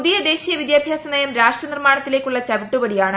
പുതിയ ദേശീയ വിദ്യാഭ്യാസ നയം രാഷ്ട്രനിർമ്മാണത്തിലേക്കുള്ള ചവിട്ടുപടിയാണ്